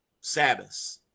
Sabbath